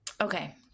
okay